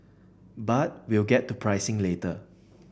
but we'll get to pricing later